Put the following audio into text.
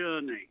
Journey